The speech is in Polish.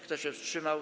Kto się wstrzymał?